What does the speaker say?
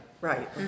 Right